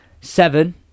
Seven